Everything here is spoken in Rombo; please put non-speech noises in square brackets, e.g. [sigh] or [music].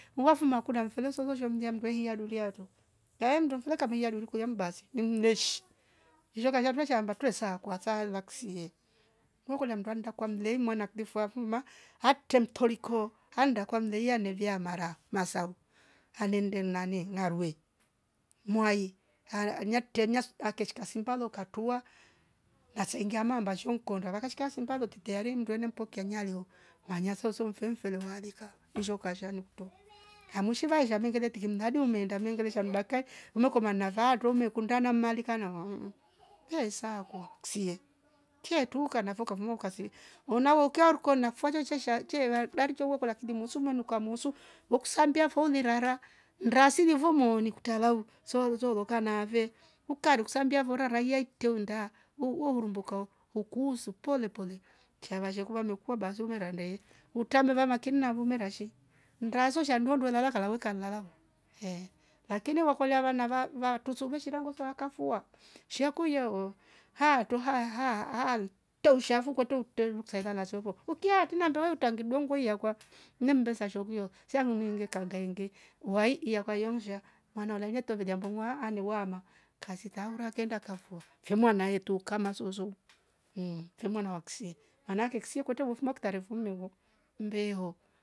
Wavuma kuda mvelezozo shum mnyam ndweia duliato aemndo kila kavianduru kulia mbasi nimleshh shoka shatue shamba tuesa kwa aksa lkavsiee. Mukula mdua nda kwa meli mwana kidufua huma akte mtoliko anda kwa mleia nevia mara masao amende nane ngarue. mwai ala aa nyankte nyasku ake shika simba loka tua na sengeama mbaa shuu nkonda wakashika simba loti geale ndwene mpokea nyeleo manyasoso mfe mfele weleka usho ka shani nkuto [noise] amushiva ishamengeleti adi umeenda mmengelesha mdakai nokoma na vaatu tuume kunda mmalika na wa [unintelligible] ye sakwa ksie tietuka na voka ukavnuo ukasie unawokia horkini na kufa sheisheshia tiela dali nchowoko lakini musumo nuka muusu lukusambia foni rara ndasilivo mooni kuktalao souzo loka nave hukaru kusambia vora raiye teunda uu- uu- uuromboka ohh ukuunsu polepole kia washeze kuva mekua basi umeranda ye. muktameva makini navumera nashii ngazo shandua nduenalakana kalaboka nnala ehh. lakini wakolia wana va- vatusomeshira ngoso wakafua shaku iyoo ahh tuu ahh haali dooshia vuu kweto huteruksa zaila lasovo ukia tena ndo wei utangi dongwe iakwa, mmedoza shokio sangu mwenge kangainge mwai ia kwa yomsha mwana waliuweite vejangu mwaa ahh mewama kasi taura kenda kafua. Hemwa naetu kama suzu mhh fimwana waksie maana ksie kutovo fuma kutarevu nnevo ngeho.